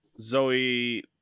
Zoe